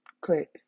click